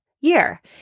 year